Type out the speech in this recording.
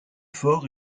fort